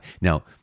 Now